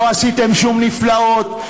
לא עשיתם שום נפלאות.